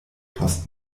post